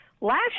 last